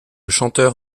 chanteur